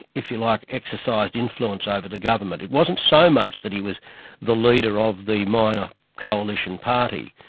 if you like, exercised influence over the government. it wasn't so much that he was the leader of the minor coalition party.